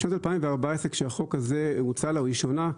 בשנת 2014 כשהחוק הזה הוצע לראשונה,